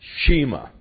shema